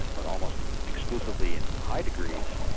but almost exclusively in high degrees,